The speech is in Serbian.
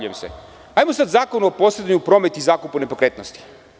Ajmo sada o Zakonu o posedu na promet i zakupu nepokretnosti.